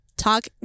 talk